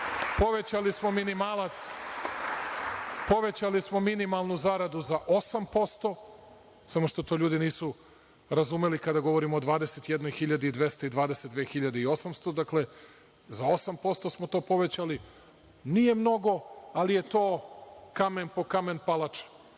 u javnom sektoru. Povećali smo minimalnu zaradu za 8%, samo što to ljudi nisu razumeli kada govorimo od 21.200 i 22.800, dakle, za 8% smo to povećali. Nije mnogo, ali je to – kamen po kamen palača.